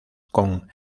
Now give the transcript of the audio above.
con